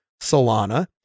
Solana